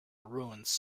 ruins